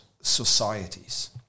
societies